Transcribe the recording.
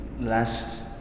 last